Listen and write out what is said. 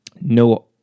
no